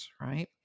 right